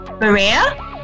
maria